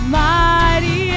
mighty